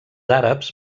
àrabs